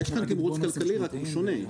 יש כאן תמרוץ כלכלי רק הוא שונה.